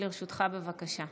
לרשותך, בבקשה.